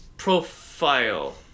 profile